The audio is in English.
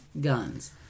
guns